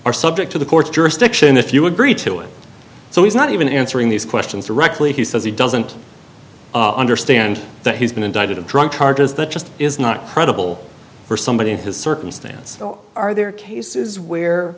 are subject to the court's jurisdiction if you agree to it so he's not even answering these questions directly he says he doesn't understand that he's been indicted of drunk charges that just is not credible for somebody of his circumstance are there cases where